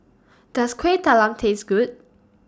Does Kueh Talam Taste Good